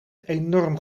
enorm